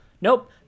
nope